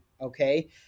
Okay